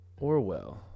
Orwell